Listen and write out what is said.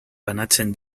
banatzen